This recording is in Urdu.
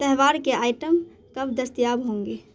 تہوار کے آئٹم کب دستیاب ہوں گے